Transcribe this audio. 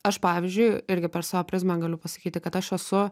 aš pavyzdžiui irgi per savo prizmę galiu pasakyti kad aš esu